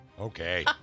Okay